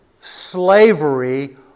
slavery